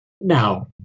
Now